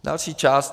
Další část.